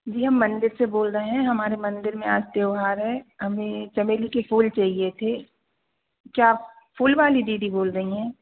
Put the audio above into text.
जी हम मंदिर से बोल रहे हैं हमारे मंदिर में आज त्यौहार है हमें चमेली के फूल चाहिए थे क्या आप फूल वाली दीदी बोल रही हैं